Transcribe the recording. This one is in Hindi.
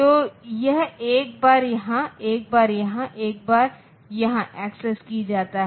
तो यह एक बार यहां एक बार यहां एक बार यहां एक्सेस की जाता है